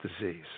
disease